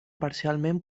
parcialment